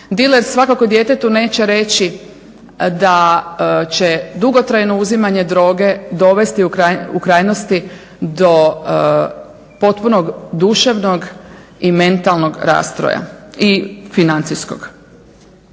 Diler svakako djetetu neće reći da će dugotrajno uzimanje droge dovesti u krajnosti do potpunog duševnog i mentalnog rastroja i financijskog.